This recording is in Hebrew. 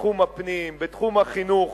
בתחום הפנים, בתחום החינוך.